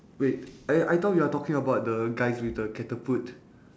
wait I I thought we're talking about the guys with the catapult